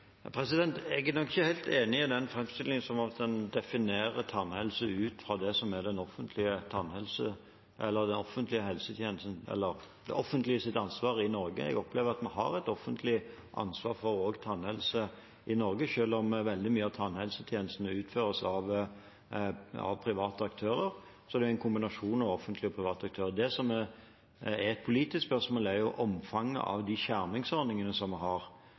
Jeg er ikke helt enig i den framstillingen hvor en definerer tannhelse ut fra det som er det offentliges ansvar i Norge. Jeg opplever at vi har et offentlig ansvar også for tannhelse i Norge. Selv om veldig mye av tannhelsetjenesten utføres av private aktører, er det en kombinasjon av offentlige og private aktører. Det som er et politisk spørsmål, er jo omfanget av de skjermingsordningene som vi har.